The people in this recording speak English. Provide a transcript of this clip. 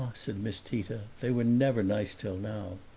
said miss tita, they were never nice till now!